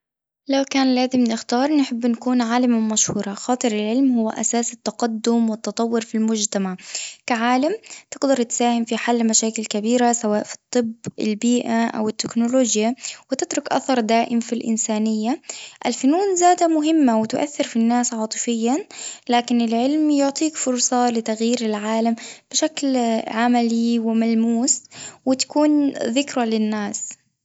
لو كان لازم نختار نحب نكون عالمة مشهورة خاطر العلم هو أساس التقدم والتطور في المجتمع، كعالم تقدر تساهم في حل مشاكل كبيرة سواء في الطب، البيئة، أو التكنولوجيا وتترك أثر دائم في الإنسانية، الفنون زادة مهمة وتؤثر في الناس عاطفيًا، لكن العلم يعطيك فرصة لتغيير العالم بشكل عملي وملموس وتكون ذكرى للناس.